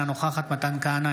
אינה נוכחת מתן כהנא,